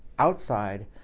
outside,